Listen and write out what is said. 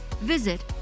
visit